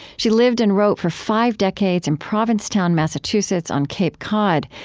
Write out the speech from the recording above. she lived and wrote for five decades in provincetown, massachusetts on cape cod,